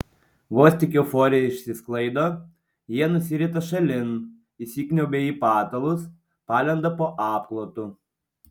vos tik euforija išsisklaido jie nusirita šalin įsikniaubia į patalus palenda po apklotu